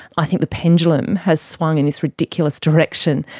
i think the pendulum has swung in this ridiculous direction,